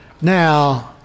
Now